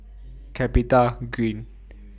Capitagreen